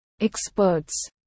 experts